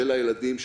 של הילדים,